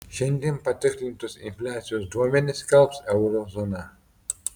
šiandien patikslintus infliacijos duomenis skelbs euro zona